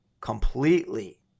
completely